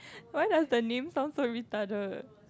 why does the name sound so retarded